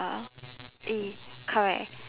uh correct